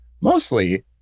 mostly